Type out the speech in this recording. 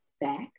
back